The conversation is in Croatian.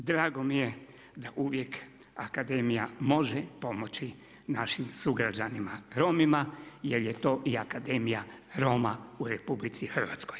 I drago mi je da uvijek Akademija može pomoći našim sugrađanima Romima, jer je to i Akademija Roma u RH.